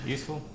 Useful